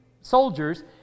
soldiers